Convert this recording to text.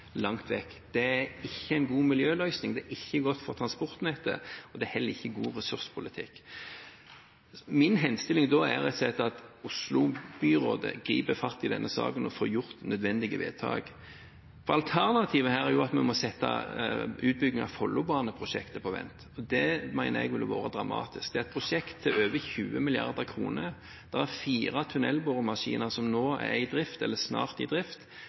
Det er ikke en god miljøløsning, det er ikke godt for transportnettet, og det er heller ikke god ressurspolitikk. Min henstilling er da at Oslo byråd griper fatt i denne saken og får gjort nødvendige vedtak. Alternativet er at vi må sette utbyggingen av Follobaneprosjektet på vent. Det mener jeg ville vært dramatisk. Det er et prosjekt til over 20 mrd. kr. Det er fire tunnelboremaskiner som nå, eller snart, er i drift.